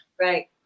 right